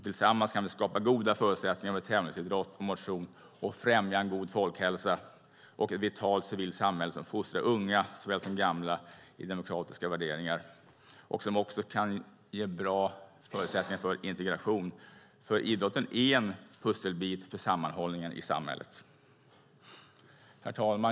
Tillsammans kan vi skapa goda förutsättningar för tävlingsidrott och motion, främja en god folkhälsa och ett vitalt civilt samhälle som fostrar unga såväl som gamla i demokratiska värderingar och ger bra förutsättningar för integration. Idrotten är en pusselbit för sammanhållningen i samhället. Herr talman!